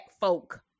folk